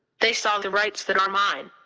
they saw the rights that are mine.